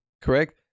correct